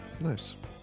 nice